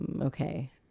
Okay